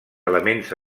elements